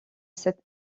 cet